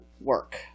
work